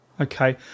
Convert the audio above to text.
Okay